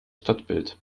stadtbild